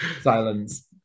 silence